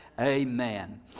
Amen